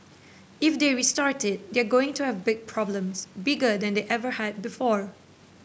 if they restart it they're going to have big problems bigger than they ever had before